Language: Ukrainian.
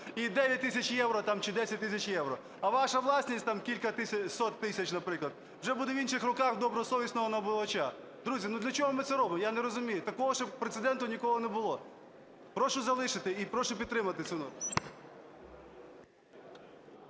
і 9 тисяч євро, чи 10 тисяч євро, а ваша власність кілька сотень тисяч, наприклад, вже буде в інших руках добросовісного набувача. Друзі, для чого ми це робимо, я не розумію? Такого ще прецеденту ніколи не було. Прошу залишити і прошу підтримати цю норму.